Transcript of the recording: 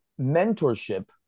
mentorship